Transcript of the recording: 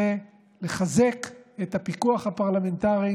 היא לחזק את הפיקוח הפרלמנטרי,